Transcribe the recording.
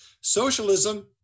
Socialism